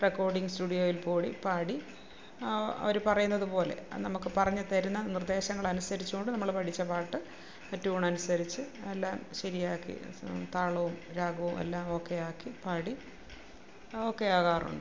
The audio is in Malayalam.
റെക്കോഡിങ്ങ് സ്റ്റുഡിയോയിൽപ്പോയി പാടി ആ അവർ പറയുന്നതുപോലെ ആ നമുക്ക് പറഞ്ഞു തരുന്ന നിർദ്ദേശങ്ങൾ അനുസരിച്ചുകൊണ്ട് നമ്മൾ പഠിച്ച പാട്ട് ആ ട്യൂണനുസരിച്ച് എല്ലാം ശരിയാക്കി താളവും രാഗവും എല്ലാം ഓക്കെയാക്കിപ്പാടി ഓക്കെയാകാറുണ്ട്